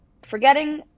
forgetting